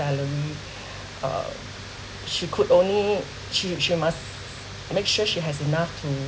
salary uh she could only she she must make sure she has enough to